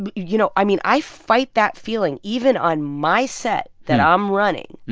but you know, i mean, i fight that feeling even on my set that i'm running.